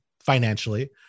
financially